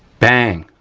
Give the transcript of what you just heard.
bang,